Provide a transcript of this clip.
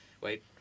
Wait